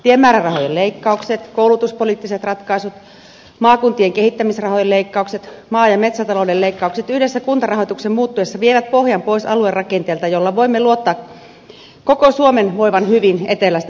tiemäärärahojen leikkaukset koulutuspoliittiset ratkaisut maakuntien kehittämisrahojen leikkaukset maa ja metsätalouden leikkaukset yhdessä kuntarahoituksen muuttuessa vievät pohjan pois aluerakenteelta jolla voimme luottaa koko suomen voivan hyvin etelästä pohjoiseen